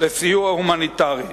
לסיוע הומניטרי.